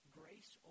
grace